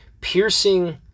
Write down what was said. piercing